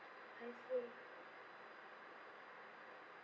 I see